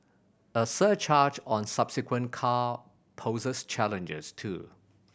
a surcharge on subsequent car poses challenges too